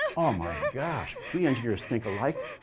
oh, my gosh! we engineers think alike.